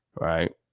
Right